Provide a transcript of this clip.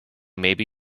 maybe